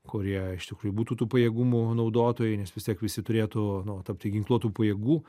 kurie iš tikrųjų būtų tų pajėgumų naudotojai nes vis tiek visi turėtų tapti ginkluotųjų pajėgų